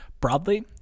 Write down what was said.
Broadly